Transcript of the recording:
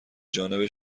جانب